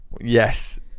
yes